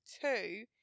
Two